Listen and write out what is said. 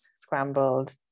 scrambled